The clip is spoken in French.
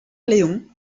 léon